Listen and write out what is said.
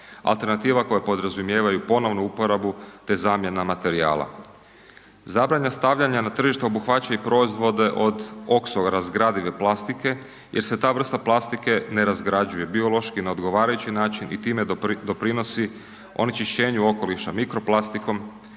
alternativa koje podrazumijevaju ponovnu uporabu te zamjena materijala. Zabrana stavljanja na tržište obuhvaća i proizvode od oksorazgradive plastike jer se ta vrsta plastike ne razgrađuje biološki na odgovarajući način i time doprinosi onečišćenju okoliša mikroplastikom,